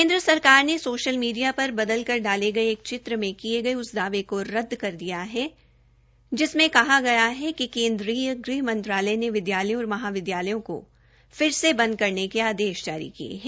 केन्द्र सरकार ने सोशल मीडिया पर बदल कर डाले गये एक चित्र में किये गये उस दावे को रद्द पर दिया दिया है जिसमें कहा गया है कि केन्द्रीय गृहमंत्रालय ने विद्यालयों और महाविद्यालयों को फिर से बंद करने का आदेश जारी किये है